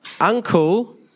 uncle